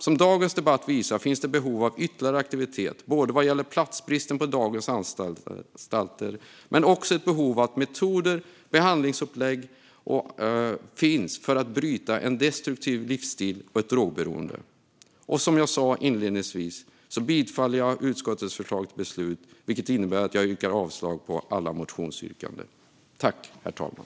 Som dagens debatt visar finns det behov av ytterligare aktivitet vad gäller platsbristen på dagens anstalter, och det finns också ett behov av metoder och behandlingsupplägg för att bryta en destruktiv livsstil och ett drogberoende. Som jag sa inledningsvis yrkar jag bifall till utskottets förslag till beslut och avslag på alla motionsyrkanden.